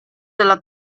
della